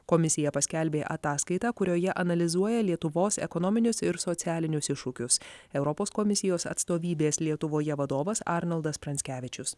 komisija paskelbė ataskaitą kurioje analizuoja lietuvos ekonominius ir socialinius iššūkius europos komisijos atstovybės lietuvoje vadovas arnoldas pranckevičius